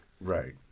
Right